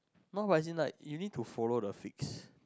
not but in like you need to follow the fits